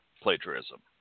plagiarism